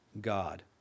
God